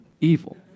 evil